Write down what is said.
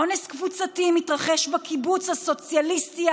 אונס קבוצתי מתרחש בקיבוץ הסוציאליסטי,